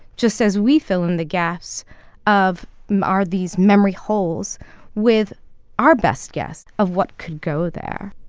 just as we fill in the gaps of our these memory holes with our best guess of what could go there